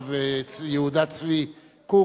הרב צבי יהודה קוק,